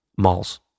malls